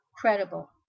credible